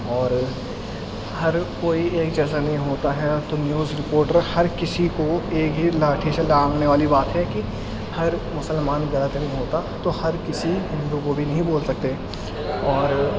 اور ہر کوئی ایک جیسا نہیں ہوتا ہے تو نیوز رپورٹر ہر کسی کو ایک ہی لاٹھی سے لانگھنے والی بات ہے کہ ہر مسلمان غلط نہیں ہوتا تو ہر کسی ہندو کو بھی نہیں بول سکتے اور